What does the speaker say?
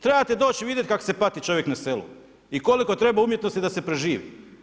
Trebate doći i vidjeti kako se pati čovjek na selu i koliko treba umjetnosti da se preživi.